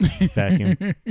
vacuum